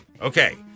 Okay